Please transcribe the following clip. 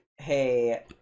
Hey